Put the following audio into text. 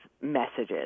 messages